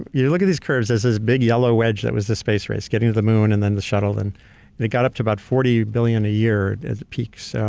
you look at these curves. there's this big yellow wedge that was the space race, getting to the moon, and the shuttle. then they got up to about forty billion a year at the peaks, so